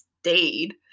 stayed